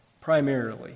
primarily